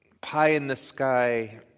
pie-in-the-sky